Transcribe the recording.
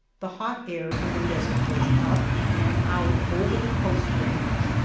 the hot air from the desert goes up and out over the coast range,